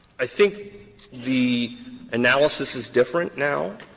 i think the analysis is different now.